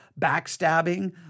backstabbing